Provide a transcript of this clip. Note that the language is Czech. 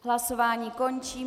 Hlasování končím.